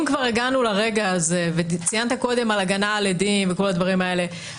אם כבר הגענו לרגע הזה אחרי שציינת קודם הגנה על עדים שכלל המשאבים